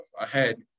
ahead